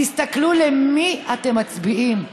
תסתכלו למי אתם מצביעים: